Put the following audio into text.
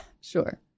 sure